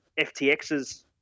FTXs